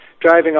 driving